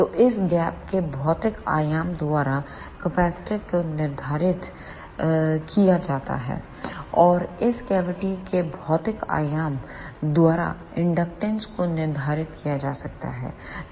तो इस गैप के भौतिक आयाम द्वारा कैपेसिटर को निर्धारित किया जा सकता है और इस कैविटी के भौतिक आयाम द्वारा इंडक्टेंस को निर्धारित किया जा सकता है